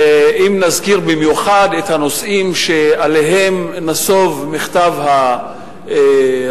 אם נזכיר במיוחד את הנושאים שעליהם נסב מכתב הרבנים,